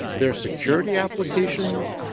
there are security applications.